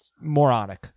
moronic